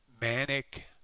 manic